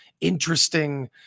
interesting